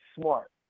smart